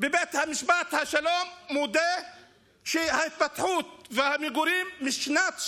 בבית משפט השלום מודה שההתפתחות והמגורים הם משנת 1978,